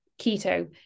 keto